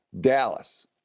Dallas